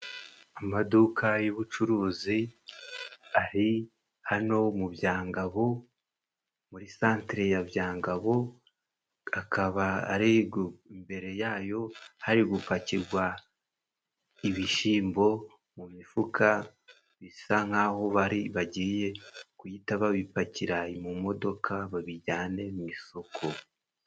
Amaduka y'ubucuruzi ari hano mu Byagabo muri santere ya Byangabo ,akaba ari imbere yayo hari gupakirwa ibishyimbo mu mifuka bisa nk'aho bari bagiye guhita babipakira mu modoka babijyane mu isoko.